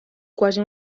quasi